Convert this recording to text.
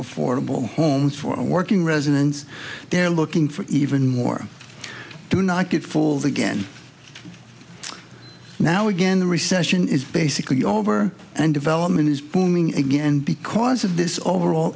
affordable homes for working residents they're looking for even more do not get full of again now again the recession is basically over and development is booming again because of this overall